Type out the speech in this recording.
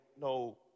no